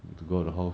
to go out the house